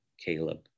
Caleb